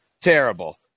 terrible